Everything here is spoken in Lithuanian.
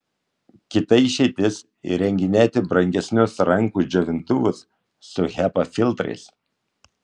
kita išeitis įrenginėti brangesnius rankų džiovintuvus su hepa filtrais